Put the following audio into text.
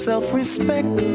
Self-respect